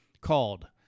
called